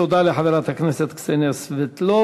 תודה לחברת הכנסת קסניה סבטלובה.